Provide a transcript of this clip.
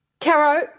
Caro